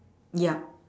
ya